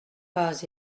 pas